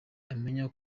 amenya